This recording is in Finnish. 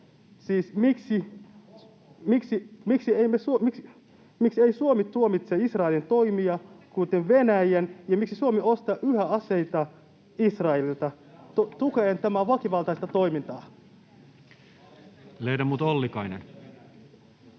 miksi Suomi ei tuomitse Israelin toimia, kuten Venäjän, ja miksi Suomi ostaa yhä aseita Israelilta, tukee tämän väkivaltaista toimintaa? [Oikealta: Palestiina